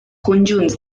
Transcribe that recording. conjunts